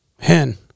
hen